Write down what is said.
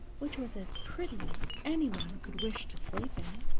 which was as pretty as anyone could wish to sleep in.